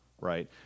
right